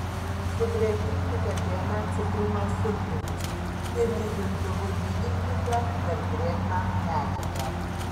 sudrėkinkite dėmę citrinos sultimis ir lygintuvu lyginkite per drėgną medžiagą